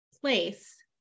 place